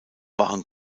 waren